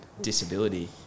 disability